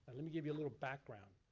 let me give you a little background.